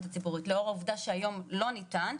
הציבורי ולאור העובדה שהיום לא ניתן,